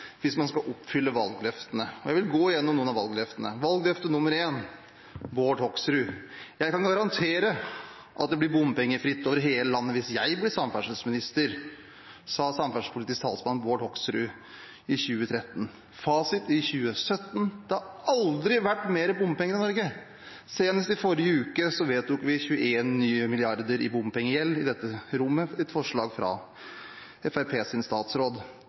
hvis man skal oppfylle valgløftene. Jeg vil gå gjennom noen av valgløftene. Valgløfte nr. 1: Jeg kan garantere at det blir bompengefritt over hele landet hvis jeg blir samferdselsminister, sa samferdselspolitisk talsmann Bård Hoksrud i 2013. Fasit i 2017: Det har aldri vært mer bompenger i Norge. Senest i forrige uke vedtok vi 21 nye milliarder i bompengegjeld i dette rommet, et forslag fra Fremskrittspartiets statsråd.